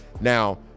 Now